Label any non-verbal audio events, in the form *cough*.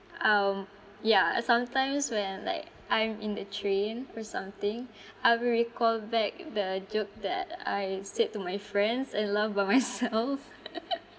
um yeah sometimes when like I'm in the train or something I will recall back the joke that I said to my friends and laugh by myself *laughs*